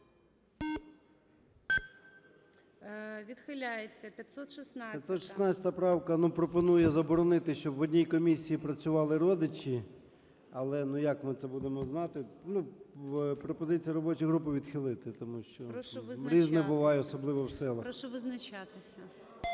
ЧЕРНЕНКО О.М. 516 правка пропонує заборонити, щоб в одній комісії працювали родичі. Але, ну, як ми це будемо знати? Пропозиція робочої групи відхилити. Тому що різне буває, особливо в селах. В селах все